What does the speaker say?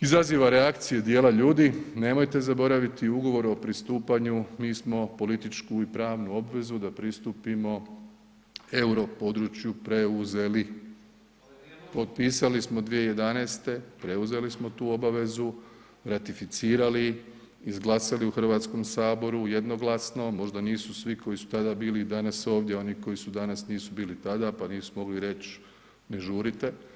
izaziva reakcije dijela ljudi, nemojte zaboraviti ugovor o pristupanju, mi smo političku i pravnu obvezu da pristupimo euro području preuzeli. ... [[Upadica se ne čuje.]] Potpisali smo 2011., preuzeli smo tu obavezu, ratificirali, izglasali u Hrvatskom saboru jednoglasno, možda nisu svi koji su tada bili danas ovdje, oni koji su danas nisu bili tada, pa nisu mogli reći ne žurite.